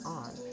on